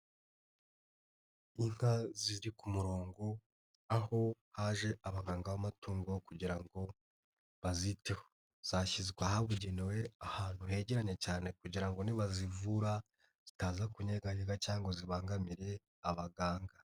Inka ziri ku murongo, aho haje abaganga b'amatungo kugira ngo baziteho. Zashyizwe ahabugenewe, ahantu hegeranye cyane kugira ngo nibazivura, zitaza kunyeganyega cyangwa zibangamire abaganga.